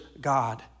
God